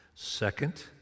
Second